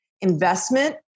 investment